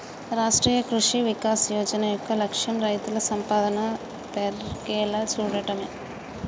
రాష్ట్రీయ కృషి వికాస్ యోజన యొక్క లక్ష్యం రైతుల సంపాదన పెర్గేలా సూడటమే